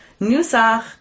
Nusach